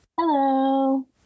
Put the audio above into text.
Hello